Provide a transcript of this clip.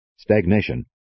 stagnation